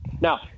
Now